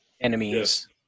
enemies